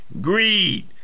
greed